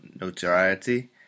notoriety